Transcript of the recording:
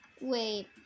Wait